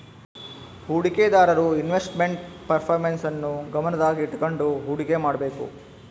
ಹೂಡಿಕೆದಾರರು investment performance ನ್ನು ಗಮನದಾಗ ಇಟ್ಕಂಡು ಹುಡಿಕೆ ಮಾಡ್ಬೇಕು